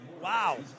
Wow